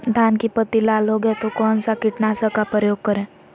धान की पत्ती लाल हो गए तो कौन सा कीटनाशक का प्रयोग करें?